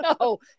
No